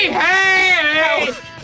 hey